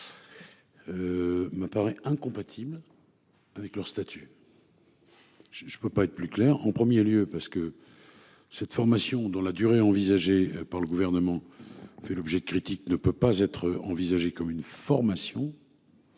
Me paraît incompatible. Avec leur statut. Je ne peux pas être plus clair en 1er lieu parce que. Cette formation dont la durée envisagée par le gouvernement fait l'objet de critiques ne peut pas être envisagé comme une formation.